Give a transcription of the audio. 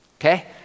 okay